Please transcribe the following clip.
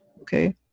Okay